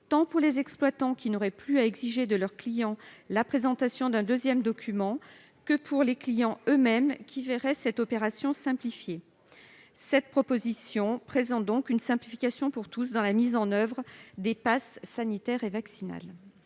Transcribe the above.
tant pour les exploitants, qui n'auraient plus à exiger de leurs clients la présentation d'un deuxième document, que pour les clients eux-mêmes, qui verraient cette opération simplifiée. Cette proposition revient donc à introduire une simplification pour tous dans la mise en oeuvre des passes sanitaire et vaccinal.